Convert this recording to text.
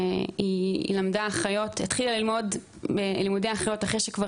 היא למדה אחיות התחילה ללמוד לימודי אחיות אחרי שכבר